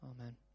Amen